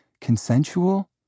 consensual